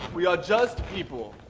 we are just people.